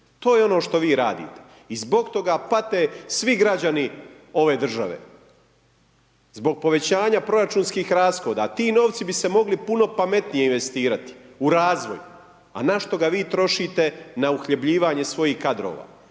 To je ono što vi radite. I zbog toga pate svi građani ove države, zbog povećanja proračunskih rashoda. Ti novci bi se mogli puno pametnije investirati, u razvoj, a na što ga vi trošite? Na uhljebljivanje svojih